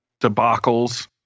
debacles